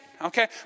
Okay